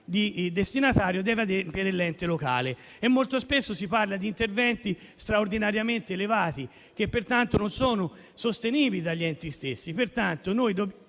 adempie, deve adempiere l'ente locale. Molto spesso si parla di interventi straordinariamente elevati, che pertanto non sono sostenibili dagli enti.